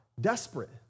desperate